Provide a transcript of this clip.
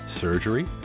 surgery